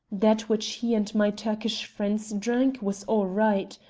that which he and my turkish friends drank was all right.